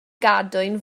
gadwyn